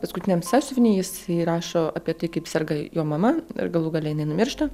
paskutiniam sąsiuviny jis rašo apie tai kaip serga jo mama ir galų gale jinai numiršta